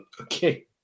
okay